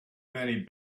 many